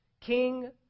king